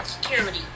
Security